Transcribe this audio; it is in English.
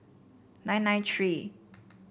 nine nine three